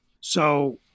So-